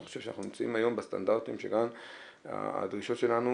אני חושב שאנחנו נמצאים היום בסטנדרטים שכל הדרישות שלנו